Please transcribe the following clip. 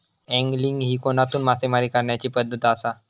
angling ही कोनातून मासेमारी करण्याची पद्धत आसा